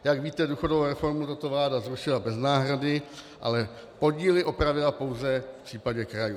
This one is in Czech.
Jak víte, důchodovou reformu tato vláda zrušila bez náhrady, ale podíly opravila pouze v případě krajů.